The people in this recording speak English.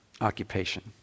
occupation